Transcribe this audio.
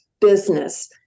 business